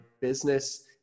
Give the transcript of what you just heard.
business